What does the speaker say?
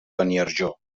beniarjó